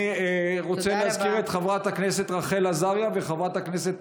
אני רוצה להזכיר את חברת הכנסת לשעבר רחל עזריה וחברת הכנסת